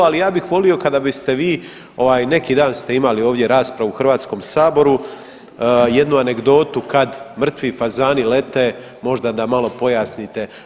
Ali ja bih volio kada biste vi, neki dan ste imali ovdje raspravu u Hrvatskom saboru, jednu anegdotu kad mrtvi fazani lete, možda da malo pojasnite.